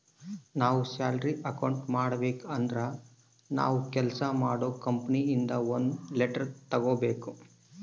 ನಾವ್ salary account ಮಾಡಬೇಕು ಅಂದ್ರೆ ನಾವು ಕೆಲ್ಸ ಮಾಡೋ ಕಂಪನಿ ಇಂದ ಒಂದ್ ಲೆಟರ್ ತರ್ಬೇಕು